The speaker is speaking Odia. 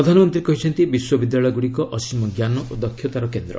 ପ୍ରଧାନମନ୍ତ୍ରୀ କହିଛନ୍ତି ବିଶ୍ୱବିଦ୍ୟାଳୟ ଗୁଡ଼ିକ ଅସୀମ ଜ୍ଞାନ ଓ ଦକ୍ଷତାର କେନ୍ଦ୍ର